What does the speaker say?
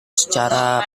secara